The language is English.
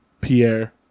Pierre